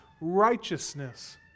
righteousness